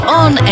on